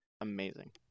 Amazing